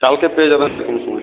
কালকে পেয়ে যাবেন এরকম সময়